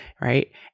right